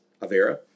Avera